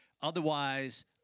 Otherwise